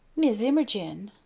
mis' immerjin,